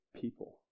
people